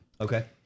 Okay